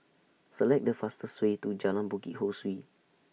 Select The fastest Way to Jalan Bukit Ho Swee